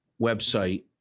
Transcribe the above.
website